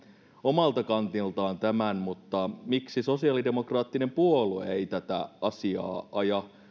omalta kantiltaan tämän miksi sosiaalidemokraattinen puolue ei tätä asiaa aja